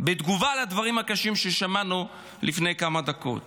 בתגובה לדברים הקשים ששמענו לפני כמה דקות.